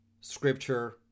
scripture